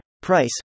price